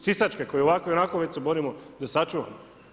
Sisačke, koja ovako i onako već se borimo da sačuvamo.